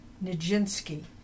Nijinsky